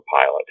pilot